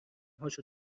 هاشو